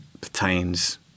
pertains